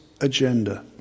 agenda